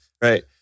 right